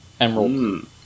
emerald